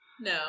No